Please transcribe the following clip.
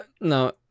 No